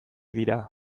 dira